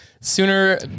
sooner